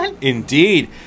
Indeed